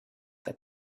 that